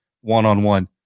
one-on-one